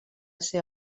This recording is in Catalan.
ser